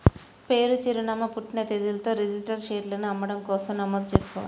పేరు, చిరునామా, పుట్టిన తేదీలతో రిజిస్టర్డ్ షేర్లను అమ్మడం కోసం నమోదు చేసుకోవాలి